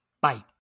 Bye